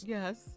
Yes